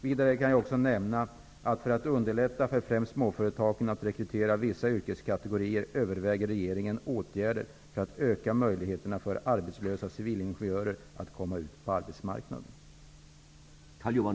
Vidare kan jag nämna att regeringen, för att underlätta för främst småföretagen att rekrytera vissa yrkeskategorier, överväger åtgärder för att öka möjligheterna för arbetslösa civilingenjörer att komma ut på arbetsmarknaden.